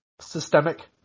systemic